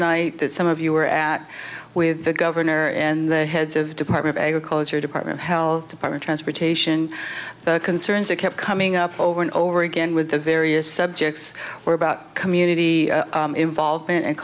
night that some of you were at with the governor and the heads of department agriculture department health department transportation concerns that kept coming up over and over again with the various subjects or about community involve